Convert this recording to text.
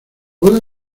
puedo